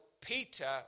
Peter